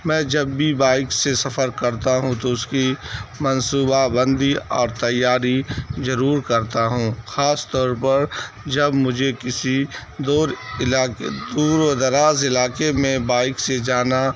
میں جب بھی بائک سے سفر کرتا ہوں تو اس کی منصوبہ بندی اور تیاری ضرور کرتا ہوں خاص طور پر جب مجھے کسی دور علاقے دور و دراز علاقے میں بائک سے جانا